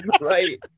right